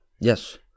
Yes